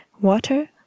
Water